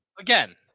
Again